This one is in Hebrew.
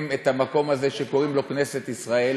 את המקום הזה שקוראים לו כנסת ישראל,